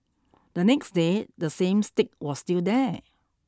the next day the same stick was still there